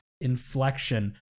inflection